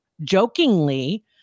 jokingly